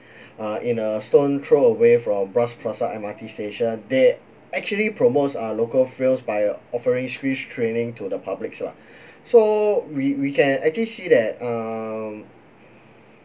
uh in a stone throw away from bras basah M_R_T station they actually promotes uh local films by offering free screening to the publics lah so we we can actually see that um